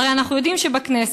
הרי אנחנו יודעים שבכנסת,